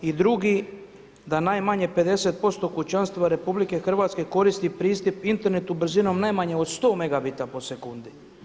I drugi da najmanje 50% kućanstava RH koristi pristup internetu brzinom najmanje od 100 megabita po sekundi.